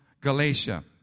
galatia